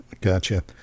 gotcha